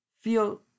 feel